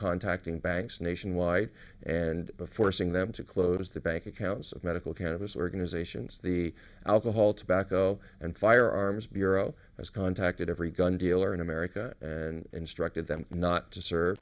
contacting banks nationwide and forcing them to close the bank accounts of medical cannabis organizations the alcohol tobacco and firearms bureau has contacted every gun dealer in america and instructed them not to serve